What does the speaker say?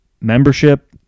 membership